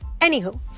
Anywho